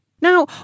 Now